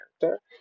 character